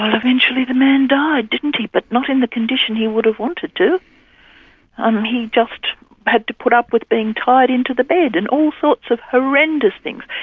and eventually the man died, didn't he? but not in the condition he would've wanted to. um he just had to put up with being tied into the bed, and all sorts of horrendous things.